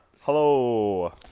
Hello